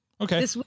Okay